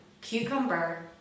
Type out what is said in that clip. cucumber